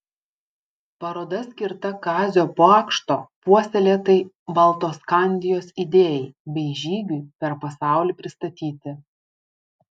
paroda skirta kazio pakšto puoselėtai baltoskandijos idėjai bei žygiui per pasaulį pristatyti